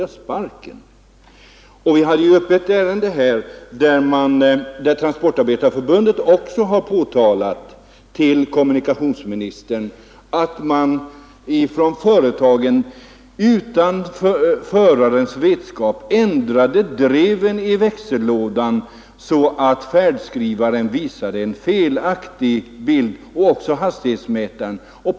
Vi har ju här behandlat ett ärende, som föranleddes av att Transportarbetareförbundets styrelse påtalat för kommunikationsministern att ett företag utan förarens vetskap ändrade drevet i växellådan, så att färdskrivaren kom att visa felaktiga uppgifter och därmed också hastighetsmätaren.